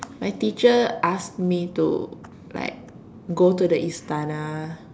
my teacher ask me to like go to the Istana